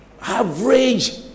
Average